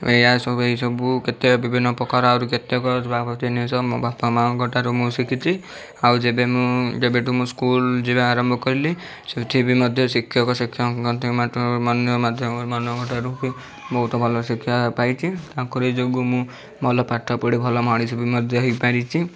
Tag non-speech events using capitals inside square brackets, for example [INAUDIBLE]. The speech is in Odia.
ଏହା ସବୁ ଏଇସବୁ କେତେ ବିଭିନ୍ନପ୍ରକାର ଆହୁରି କେତେକ ଭାବ ଜିନିଷ ମୋ ବାପା ମାଆଙ୍କ ଠାରୁ ମୁଁ ଶିଖିଛି ଆଉ ଯେବେ ମୁଁ ଯେବେ ଠୁ ମୁଁ ସ୍କୁଲ ଯିବା ଆରମ୍ଭ କରିଲି ସେଠି ବି ମଧ୍ୟ ଶିକ୍ଷକ ଶିକ୍ଷକ [UNINTELLIGIBLE] ମାନଙ୍କଠାରୁ କି ବହୁତ ଭଲ ଶିକ୍ଷା ପାଇଛି ତାଙ୍କରି ଯୋଗୁଁ ମୁଁ ଭଲ ପାଠପଢ଼ି ଭଲ ମଣିଷ ମଧ୍ୟ ହେଇପାରିଛି